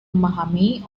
memahami